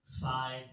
five